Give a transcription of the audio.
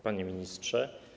Panie Ministrze!